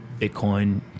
Bitcoin